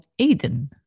Aiden